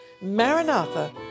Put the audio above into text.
Maranatha